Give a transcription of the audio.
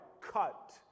cut